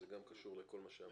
שגם קשור למה שאמרת.